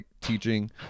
teaching